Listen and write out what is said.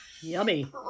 Yummy